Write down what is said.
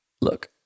Look